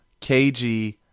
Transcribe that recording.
KG